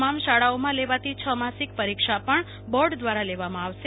તમામ શાળાઓમાં લેવાતી છ માસિક પરીક્ષા પણ બોર્ડ દ્વારા લેવામાં આવશે